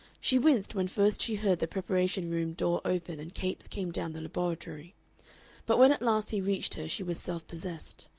she winced when first she heard the preparation-room door open and capes came down the laboratory but when at last he reached her she was self-possessed.